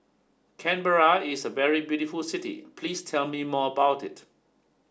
Canberra is a very beautiful city please tell me more about it